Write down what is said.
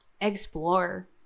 Explore